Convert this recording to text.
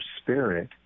spirit